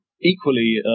equally